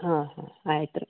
ಹಾಂ ಹಾಂ ಆಯ್ತು ರೀ